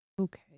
Okay